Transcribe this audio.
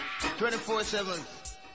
24-7